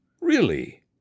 Really